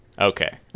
Okay